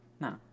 no